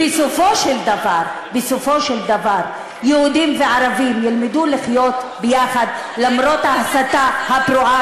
בסופו של דבר יהודים וערבים ילמדו לחיות ביחד למרות ההסתה הפרועה,